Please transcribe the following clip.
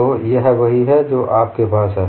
तो वह यही है जो आपके पास है